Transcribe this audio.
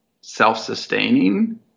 self-sustaining